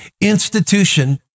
institution